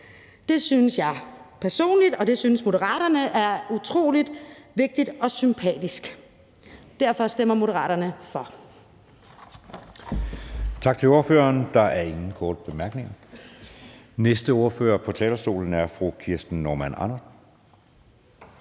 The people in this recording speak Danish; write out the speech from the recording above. Det synes jeg personligt og det synes Moderaterne er utrolig vigtigt og sympatisk. Derfor stemmer Moderaterne for.